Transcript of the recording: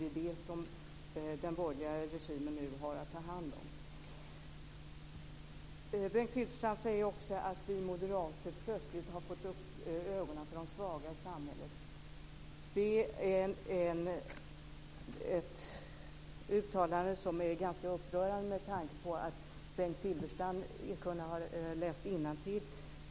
Det är det som den borgerliga regimen nu har att ta hand om. Bengt Silfverstrand säger också att vi moderater plötsligt har fått upp ögonen för de svaga i samhället. Det är ett uttalande som är ganska upprörande med tanke på att Bengt Silfverstrand icke har kunnat läsa innantill.